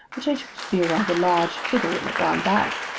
which i took to be a rather large fiddle in a brown bag.